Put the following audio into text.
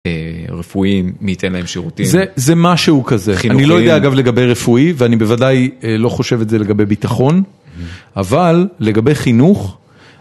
רפואיים, מי ייתן להם שירותים, זה משהו כזה, אני לא יודע אגב לגבי רפואי ואני בוודאי לא חושב את זה לגבי ביטחון, אבל לגבי חינוך.